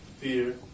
fear